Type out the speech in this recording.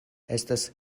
estas